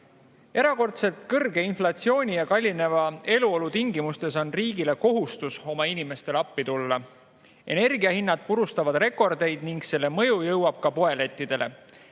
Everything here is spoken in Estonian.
kõrge inflatsiooni ja kallineva eluolu tingimustes on riigil kohustus oma inimestele appi tulla. Energiahinnad purustavad rekordeid ning selle mõju jõuab ka poelettidele.